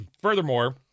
furthermore